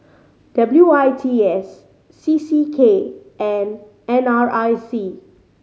W I T S C C K and N R I C